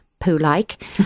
poo-like